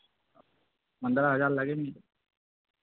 पंद्रह हज़ार लेगेंगी